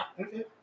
Okay